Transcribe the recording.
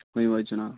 ؤنِو حظ جِناب